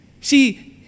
See